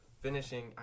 finishing